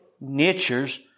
natures